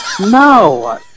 no